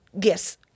yes